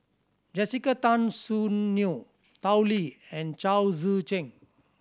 Jessica Tan Soon Neo Tao Li and Chao Tzee Cheng